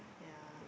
yeah